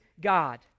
God